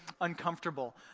uncomfortable